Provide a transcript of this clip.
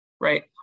right